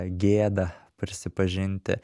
gėda prisipažinti